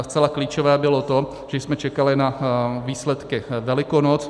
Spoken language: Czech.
Zcela klíčové bylo to, že jsme čekali na výsledky Velikonoc.